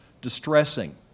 Distressing